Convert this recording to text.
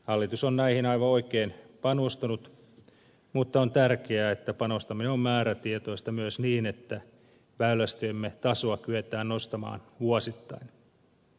hallitus on näihin aivan oikein panostanut mutta on tärkeää että panostaminen on määrätietoista myös niin että väylästöjemme tasoa kyetään nostamaan vuosittain